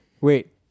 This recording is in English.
Wait